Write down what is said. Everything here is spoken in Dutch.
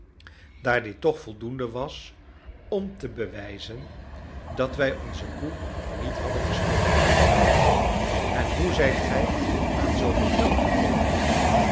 daar dit toch voldoende was om te bewijzen dat wij onze koe niet hadden gestolen en hoe zijt gij aan zooveel geld gekomen